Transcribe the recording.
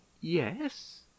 yes